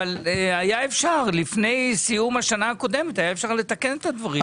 אבל לפני סיום השנה הקודמת היה אפשר לתקן את הדברים.